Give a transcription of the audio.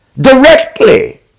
directly